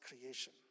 creation